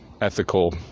ethical